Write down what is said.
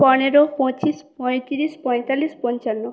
পনেরো পঁচিশ পঁয়ত্রিশ পঁয়তাল্লিশ পঞ্চান্ন